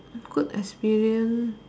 I could experience